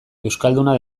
euskalduna